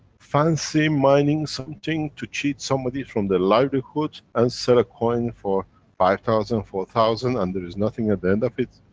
fancy mining something to cheat somebody from their livelihood and sell a coin for five thousand, four thousand and there is nothing at the end of it.